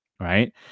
right